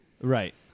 Right